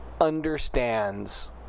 understands